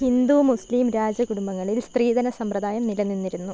ഹിന്ദു മുസ്ലിം രാജ കുടുംബങ്ങളിൽ സ്ത്രീധന സമ്പ്രദായം നിലനിന്നിരുന്നു